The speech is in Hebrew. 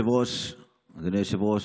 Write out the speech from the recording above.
אדוני היושב-ראש,